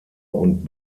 und